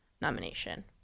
nomination